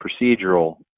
procedural